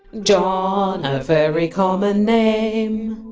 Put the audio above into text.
john, ah a very common name